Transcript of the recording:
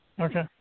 Okay